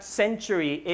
century